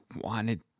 wanted